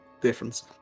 difference